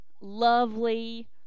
lovely